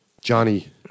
Johnny